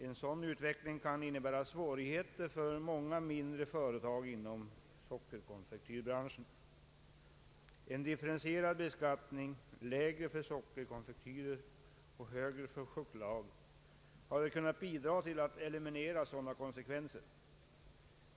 En sådan utveckling kan innebära svårigheter för många mindre företag inom sockerkonfektyrbranschen. En differentierad beskattning, lägre för sockerkonfektyr och högre för choklad, hade kunnat bidra till att eliminera sådana konsekvenser.